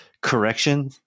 correction